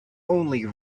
only